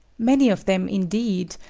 many of them, indeed,